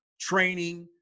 training